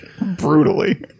brutally